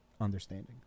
understanding